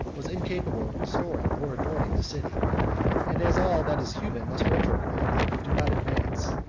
was incapable of restoring or adorning the city and, as all that is human must retrograde if it do not advance,